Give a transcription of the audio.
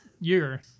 year